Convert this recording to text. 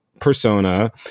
persona